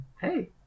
hey